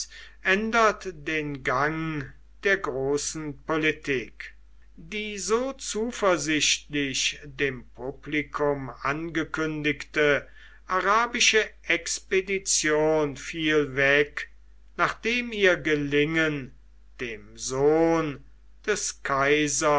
änderte den gang der großen politik die so zuversichtlich dem publikum angekündigte arabische expedition fiel weg nachdem ihr gelingen dem sohn des kaisers